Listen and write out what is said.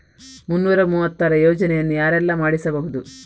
ಮುನ್ನೂರ ಮೂವತ್ತರ ಯೋಜನೆಯನ್ನು ಯಾರೆಲ್ಲ ಮಾಡಿಸಬಹುದು?